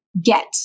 get